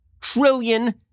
trillion